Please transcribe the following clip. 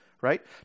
right